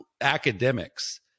academics